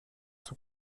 sont